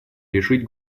решить